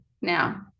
now